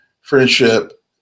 friendship